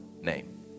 name